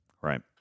Right